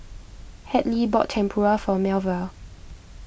Hadley bought Tempura for Melva